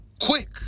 quick